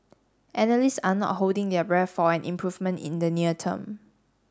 analysts are not holding their breath for an improvement in the near term